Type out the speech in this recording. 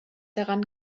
dran